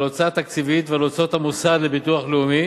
ההוצאה התקציבית ועל הוצאות המוסד לביטוח לאומי,